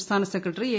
സംസ്ഥാന secretary A